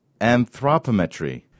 Anthropometry